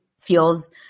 feels